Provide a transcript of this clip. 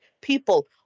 people